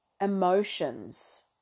emotions